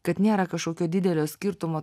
kad nėra kažkokio didelio skirtumo